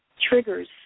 triggers